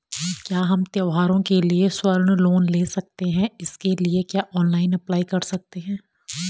क्या हम त्यौहारों के लिए स्वर्ण लोन ले सकते हैं इसके लिए क्या ऑनलाइन अप्लाई कर सकते हैं?